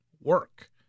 work